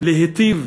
להיטיב